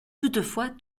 toutefois